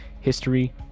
history